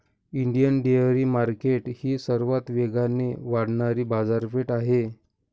Indian dairy market ही सर्वात वेगाने वाढणारी बाजारपेठ आहे